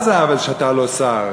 אין בעיה, חברים.